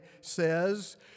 says